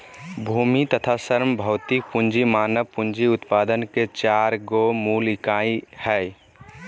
भूमि तथा श्रम भौतिक पूँजी मानव पूँजी उत्पादन के चार गो मूल इकाई हइ